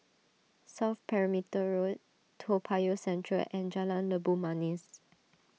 South Perimeter Road Toa Payoh Central and Jalan Labu Manis